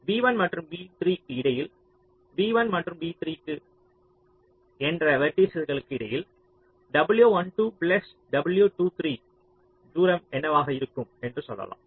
v1 மற்றும் v3 க்கு இடையில் v1 மற்றும் v3 என்ற வெர்ட்டிஸஸ்களுக்கு இடையில் W12 பிளஸ் W23 தூரம் என்னவாக இருக்கும் என்று சொல்லலாம்